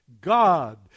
God